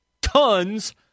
tons